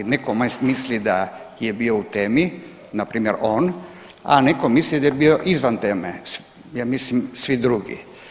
Nekome misli da je bio u temi, npr. on, a netko misli da je bio izvan teme, ja mislim, svi drugi.